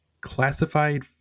classified